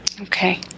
Okay